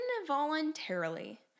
involuntarily